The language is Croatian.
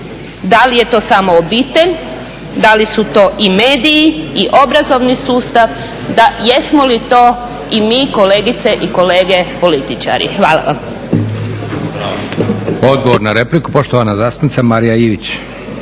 da li je to samo obitelj, da li su to i mediji i obrazovni sustav. Jesmo li to i mi kolegice i kolege političari. Hvala vam.